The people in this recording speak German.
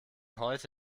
heute